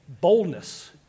boldness